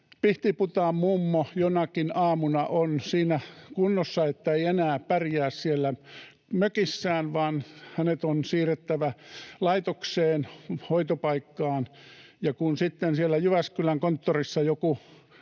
pihtiputaanmummo jonakin aamuna on siinä kunnossa, että ei enää pärjää siellä mökissään vaan hänet on siirrettävä laitokseen, hoitopaikkaan. Kun sitten siellä Jyväskylän-konttorissa joku